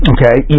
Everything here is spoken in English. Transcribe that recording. Okay